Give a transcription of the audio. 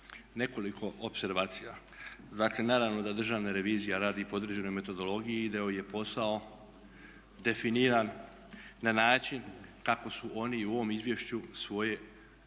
nekoliko opservacija. Dakle, naravno da Državna revizija radi po određenoj metodologiji i da joj je posao definiran na način kako su oni u ovom izvješću svoje